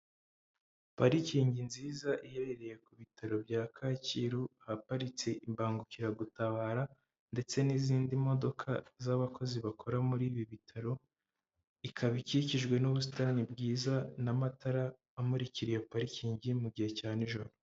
Parikingi nziza iherereye ku bitaro bya Kacyiru ahaparitse imbangukiragutabara ndetse n'izindi modoka z'abakozi bakora muri ibi bitaro, ikaba ikikijwe n'ubusitani bwiza n'amatara amurikira iyo parikingi mu gihe cya nijoro.